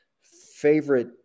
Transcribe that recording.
favorite